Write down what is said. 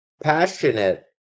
passionate